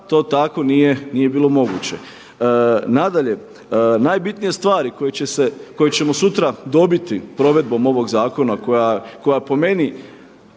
to tako nije bilo moguće. Nadalje, najbitnije stvari koje ćemo sutra dobiti provedbom ovog zakona koja po meni